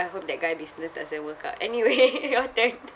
I hope that guy business doesn't work ah anyway your turn